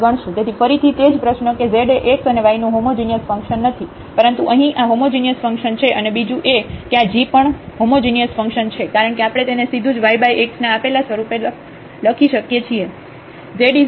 તેથી ફરીથી તેજ પ્રશ્ન કે z એ x અને y નું હોમોજિનિયસ ફંક્શન નથી પરંતુ અહીં આ હોમોજિનિયસ ફંક્શન છે અને બીજું એ કે આ g પણ હોમોજિનિયસ ફંક્શન છે કારણ કે આપણે તેને સીધુજ yx ના આપેલા સ્વરૂપે લખી શકીએ છીએ